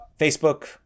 facebook